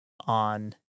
on